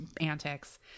antics